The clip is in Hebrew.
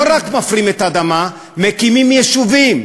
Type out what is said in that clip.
לא רק מפרים את האדמה, מקימים יישובים.